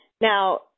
Now